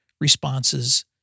responses